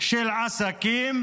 של עסקים,